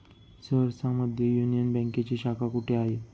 सहरसा मध्ये युनियन बँकेची शाखा कुठे आहे?